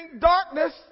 darkness